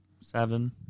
seven